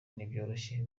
ntibyoroshye